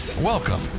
Welcome